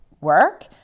work